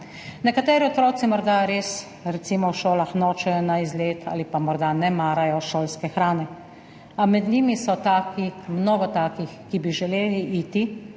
Nekateri otroci morda res v šolah nočejo na izlet ali pa morda ne marajo šolske hrane, a med njimi so taki, mnogo takih, ki bi želeli iti,